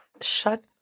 Shut